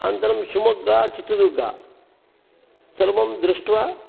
अनन्तरं शिव्मोग्गा चित्रदुर्गा सर्वं दृष्ट्वा